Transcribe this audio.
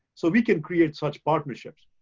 so we can create such partnerships.